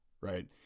Right